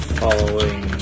following